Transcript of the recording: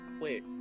Wait